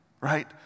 right